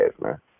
man